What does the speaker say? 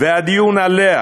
והדיון עליה,